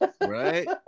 Right